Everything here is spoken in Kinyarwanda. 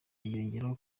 yongeyeho